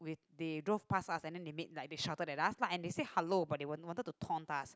they draw passed us and then they make like they shouted at us and they say hello but they want wanted the tone lah